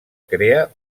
crea